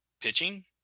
pitching